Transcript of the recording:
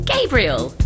Gabriel